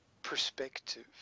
Perspective